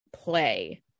play